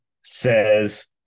says